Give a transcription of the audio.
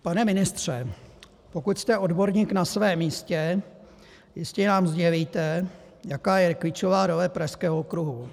Pane ministře, pokud jste odborník na svém místě, jistě nám sdělíte, jaká je klíčová role pražského okruhu.